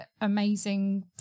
amazing